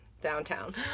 downtown